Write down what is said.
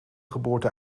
geboorte